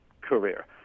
career